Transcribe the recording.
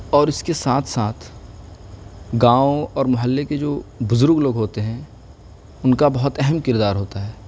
اور اس کے ساتھ ساتھ گاؤں اور محلے کے جو بزرگ لوگ ہوتے ہیں ان کا بہت اہم کردار ہوتا ہے